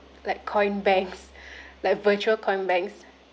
like coin banks like virtual coin banks